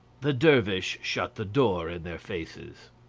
the dervish shut the door in their faces.